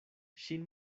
ŝin